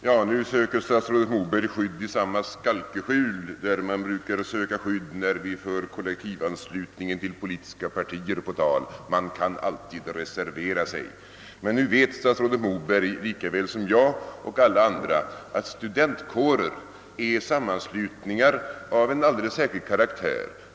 Herr talman! Statsrådet Moberg söker nu skydd i samma skalkeskjul där man brukar söka skydd när vi för kollektivanslutningen till politiska partier på tal: man kan alltid reservera sig. Statsrådet Moberg vet emellertid lika väl som jag och alla andra att studentkårer är sammanslutningar av en alldeles särskild karaktär.